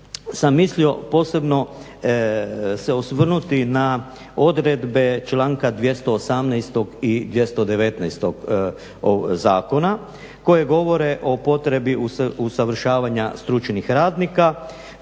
sam mislio posebno se osvrnuti na odredbe članka 218. i 219. ovog zakona koje govore o potrebi usavršavanja stručnih radnika